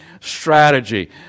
strategy